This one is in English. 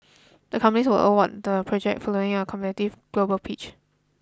the companies were award the project following a competitive global pitch